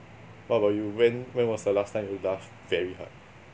what about you when when was the last time you laugh very hard